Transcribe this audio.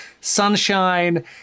sunshine